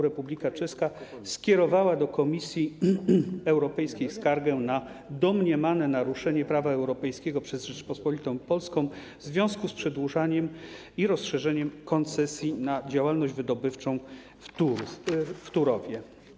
Republika Czeska skierowała do Komisji Europejskiej skargę na domniemane naruszenie prawa europejskiego przez Rzeczpospolitą Polską w związku z przedłużeniem i rozszerzeniem koncesji na działalność wydobywczą w Turowie.